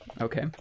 okay